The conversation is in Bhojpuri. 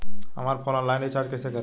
हमार फोन ऑनलाइन रीचार्ज कईसे करेम?